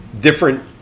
different